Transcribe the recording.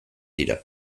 dira